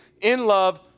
in-love